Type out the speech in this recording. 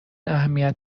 اهمیت